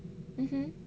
mmhmm